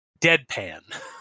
deadpan